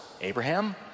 Abraham